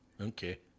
okay